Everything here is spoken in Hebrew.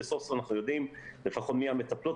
שסוף סוף אנחנו יודעים לפחות מי המטפלות,